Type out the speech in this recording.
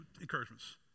encouragements